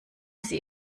sie